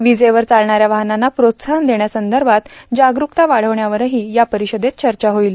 वीजेवर चालणाऱ्या वाहनांना प्रोत्साहन देण्यासंदर्भात जागरूकता वाढवण्यावरही या परिषदेत चर्चा होईल